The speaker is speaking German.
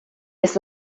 ist